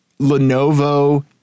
Lenovo